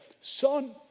son